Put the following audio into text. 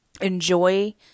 enjoy